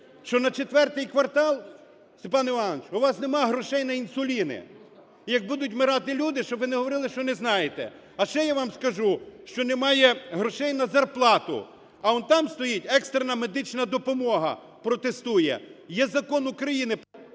що на ІV квартал, Степан Іванович, у вас нема грошей на інсуліни. І як будуть вмирати люди, щоб ви не говорили, що не знаєте. А ще я вам скажу, що немає грошей на зарплату, а он там стоїть екстрена медична допомога, протестує. Є закон України…